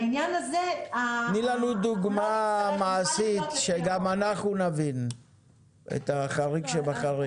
תנו לנו דוגמה מעשית שגם אנחנו נבין את החריג שבחריג.